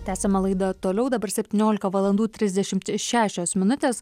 tęsiame laidą toliau dabar septyniolika valandų trisdešimt šešios minutės